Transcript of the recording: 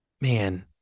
Man